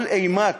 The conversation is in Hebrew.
כל אימת